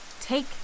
Take